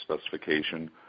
specification